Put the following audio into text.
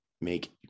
make